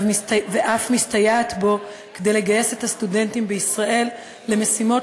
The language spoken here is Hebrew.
ואף מסתייעת בו כדי לגייס את הסטודנטים בישראל למשימות